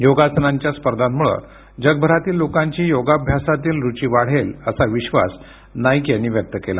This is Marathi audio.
योगासनांच्या स्पर्धांमुळे जगभरातील लोकांची योगाभ्यासातील रुची वाढेल असा विश्वास नाईक यांनी व्यक्त केला